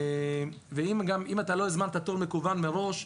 אם לא הזמנת תור מקוון מראש,